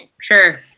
Sure